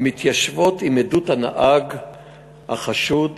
המתיישבות עם עדות הנהג החשוד,